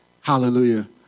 Hallelujah